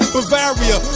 Bavaria